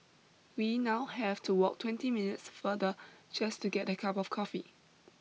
we now have to walk twenty minutes farther just to get a cup of coffee